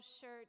shirt